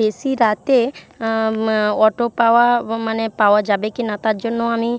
বেশি রাতে অটো পাওয়া মানে পাওয়া যাবে কিনা তার জন্য আমি